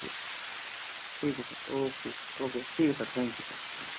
ठीक है ठीक है सर ओके ओके ठीक है सर थैंक यू सर